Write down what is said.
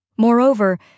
Moreover